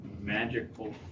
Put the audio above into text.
magical